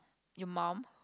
your mum